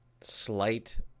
slight